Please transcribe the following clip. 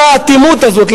מה האטימות הזאת?